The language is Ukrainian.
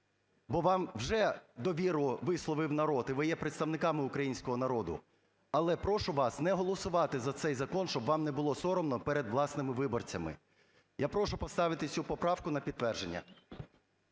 бо вам вже довіру висловив народ, і ви є представниками українського народу, але прошу вас не голосувати за цей закон, щоб вам не було соромно перед власними виборцями. Я прошу поставити цю поправку на підтвердження.